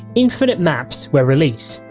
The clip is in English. infinite maps were released.